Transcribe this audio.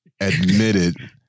admitted